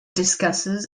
discusses